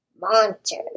Monsters